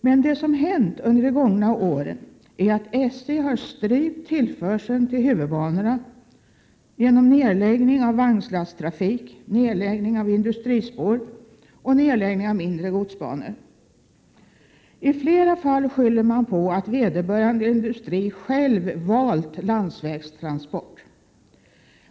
Men det som hänt under de gångna åren är att SJ har strypt tillförseln till huvudbanorna genom nedläggning av vagnslasttrafik, nedläggning av industrispår och mindre godsbanor. I flera fall skyller man på att vederbörande industriföretag valt landsvägstransport.